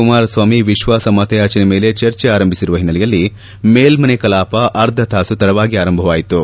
ಕುಮಾರಸ್ವಾಮಿ ವಿಶ್ವಾಸಮತಯಾಚನೆ ಮೇಲೆ ಚರ್ಚೆ ಆರಂಭಿಸಿರುವ ಹಿನ್ನಲೆಯಲ್ಲಿ ಮೇಲ್ದೆನೆ ಕಲಾಪ ಅರ್ಧತಾಸು ತಡವಾಗಿ ಆರಂಭವಾಯಿತು